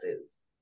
Foods